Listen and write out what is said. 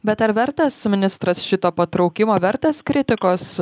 bet ar vertas ministras šito patraukimo vertas kritikos